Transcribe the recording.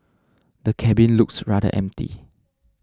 the cabin looks rather empty